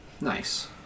Nice